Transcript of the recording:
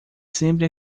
sempre